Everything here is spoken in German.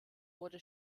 wurde